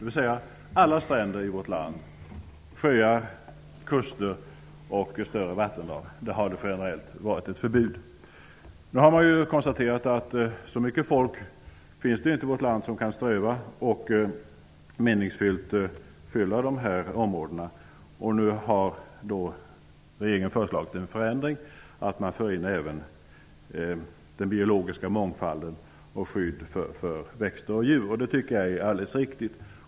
Vid alla stränder i vårt land, sjöar, kuster och större vattendrag, har det varit ett generellt förbud. Nu har man konstaterat att det inte finns så mycket folk som kan ströva och meningsfullt utnyttja dessa områden. Därför har regeringen föreslagit en förändring, att man även för in den biologiska mångfalden och skydd för växter och djur. Det tycker jag är alldeles riktigt.